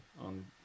on